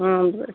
ಹಾಂ ರೀ